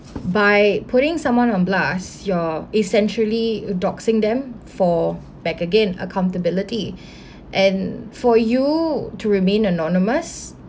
by putting someone on blast you're essentially uh doxing them for back again accountability and for you to remain anonymous